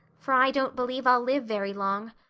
for i don't believe i'll live very long.